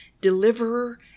deliverer